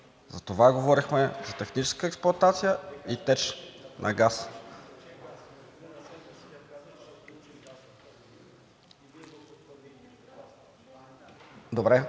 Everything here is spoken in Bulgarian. Затова говорихме за техническа експлоатация и теч на газ.